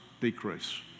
decrease